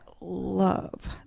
love